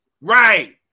right